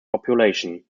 population